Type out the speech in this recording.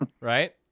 right